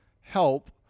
help